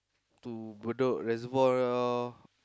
to Bedok-Reservoir or